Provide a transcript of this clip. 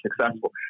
successful